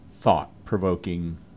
thought-provoking